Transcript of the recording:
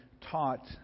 taught